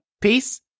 Peace